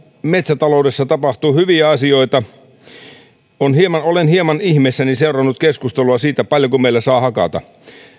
metsätaloudessa tapahtuu hyviä asioita olen hieman ihmeissäni seurannut keskustelua siitä paljonko meillä saa hakata